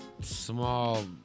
small